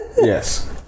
Yes